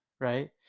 right